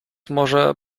może